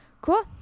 Cool